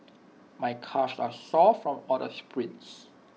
my calves are sore from all the sprints